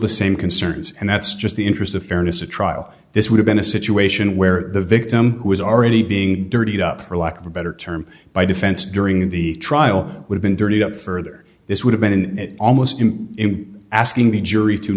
the same concerns and that's just the interest of fairness a trial this would have been a situation where the victim was already being dirty up for lack of a better term by defense during the trial we've been dirtied up further this would have been and almost asking the jury to